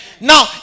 Now